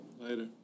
later